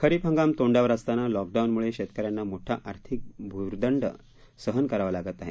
खरीप हंगाम तोंडावर असताना लॉकडाऊनमुळे शेतकऱ्यांना मोठा आर्थिक भूर्दंड सहन करावा लागत आहे